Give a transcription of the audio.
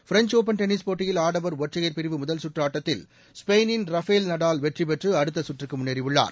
French Open tennis போட்டியில் ஆடவர் ஒற்றையர் பிரிவு முதல் சுற்று ஆட்டத்தில் ஸ்பெயினின் ரஃபேல் நடால் வெற்றி பெற்று அடுத்த சுற்றுக்கு முன்னேறியுள்ளார்